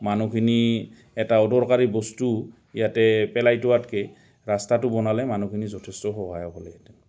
মানুহখিনি এটা অদৰকাৰী বস্তু ইয়াতে পেলাই থোৱাতকৈ ৰাস্তাটো বনালে মানুহখিনি যথেষ্ট সহায় হ'লেহেঁতেন